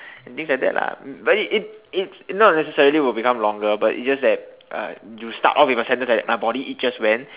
and things like that lah mm but it it it not necessary will become longer but it's just that uh you start all with the sentence like that my body itches when